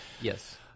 Yes